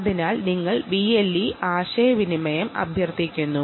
അതിനാൽ നിങ്ങൾ BLE കമ്മ്യൂണിക്കേഷനുവേണ്ടി അഭ്യർത്ഥിക്കുന്നു